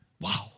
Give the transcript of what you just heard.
Wow